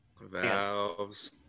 Valves